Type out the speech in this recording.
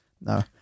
No